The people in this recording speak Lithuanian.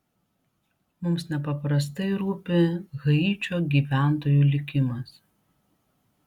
mums nepaprastai rūpi haičio gyventojų likimas